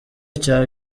cya